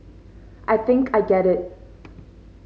I think I get it